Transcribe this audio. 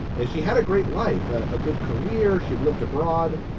and she had a great life, a good career. she'd lived abroad,